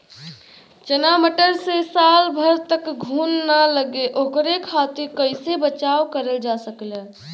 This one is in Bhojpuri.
चना मटर मे साल भर तक घून ना लगे ओकरे खातीर कइसे बचाव करल जा सकेला?